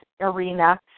arena